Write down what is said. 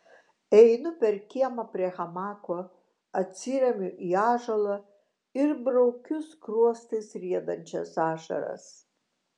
einu per kiemą prie hamako atsiremiu į ąžuolą ir braukiu skruostais riedančias ašaras